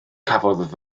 cafodd